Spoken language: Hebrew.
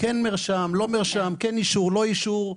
כן מרשם, לא מרשם, כן אישור, לא אישור.